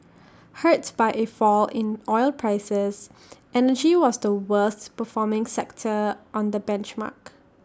hurt by A fall in oil prices energy was the worst performing sector on the benchmark